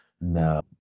No